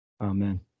Amen